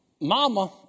Mama